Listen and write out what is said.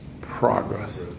progress